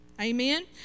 Amen